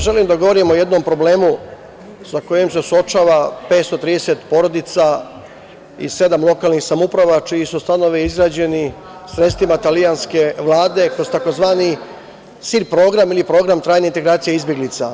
Želim da govorim o jednom problemu sa kojim se suočava 530 porodica iz sedam lokalnih samouprava čiji su stanovi izgrađeni sredstvima italijanske Vlade, kroz tzv. „Sir program“ ili tzv. program trajne integracije izbeglica.